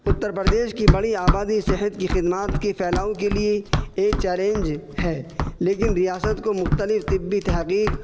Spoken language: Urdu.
اتّر پردیش کی بڑی آبادی صحت کی خدمات کی پھیلاؤ کے لیے ایک چیلنج ہے لیکن ریاست کو مختلف طبی تحقیق